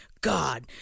God